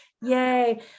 Yay